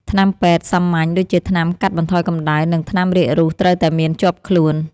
ថ្នាំពេទ្យសាមញ្ញដូចជាថ្នាំកាត់បន្ថយកំដៅ និងថ្នាំរាករូសត្រូវតែមានជាប់ខ្លួន។